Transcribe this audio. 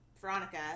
Veronica